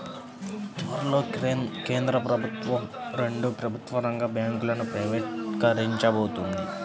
త్వరలో కేంద్ర ప్రభుత్వం రెండు ప్రభుత్వ రంగ బ్యాంకులను ప్రైవేటీకరించబోతోంది